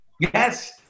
Yes